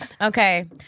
Okay